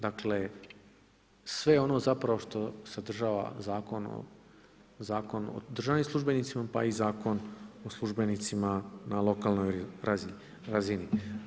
Dakle, sve ono zapravo što sadržava Zakon o državnim službenicima, pa i Zakon o službenicima na lokalnoj razini.